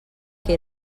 que